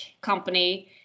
company